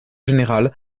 général